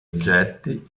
oggetti